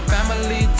Family